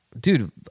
dude